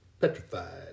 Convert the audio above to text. petrified